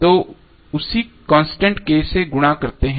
तो उसी constant K से गुणा करते है